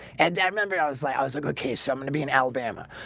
and i remember i was like i was like okay so i'm going to be in alabama.